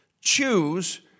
choose